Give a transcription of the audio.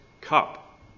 cup